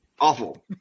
Awful